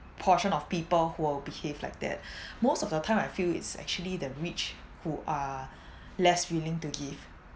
portion of people who'll behave like that most of the time I feel it's actually the rich who are less willing to give